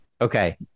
Okay